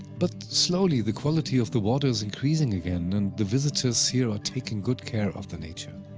but slowly, the quality of the water is increasing again, and the visitors here are taking good care of the nature.